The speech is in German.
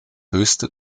höchste